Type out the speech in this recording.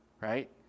right